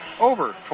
over